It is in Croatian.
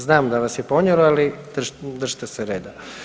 Znam da vas je ponijelo, ali držite se reda.